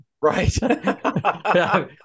Right